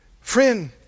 Friend